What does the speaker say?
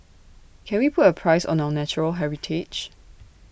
can we put A price on our natural heritage